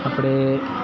આપણે